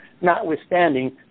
notwithstanding